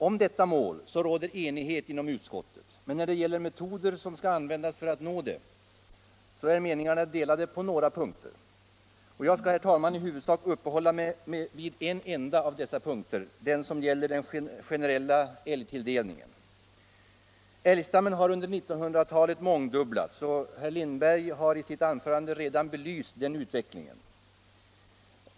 Om detta mål råder enighet inom utskottet, men när det gäller de metoder som skall användas för att nå målet är meningarna delade på några punkter. Jag skall, herr talman, i huvudsak uppehålla mig vid en enda av dessa punkter — den som gäller den generella älgtilldelningen. Älgstammen har under 1900-talet mångdubblats. Herr Lindberg har i sitt anförande redan belyst utvecklingen.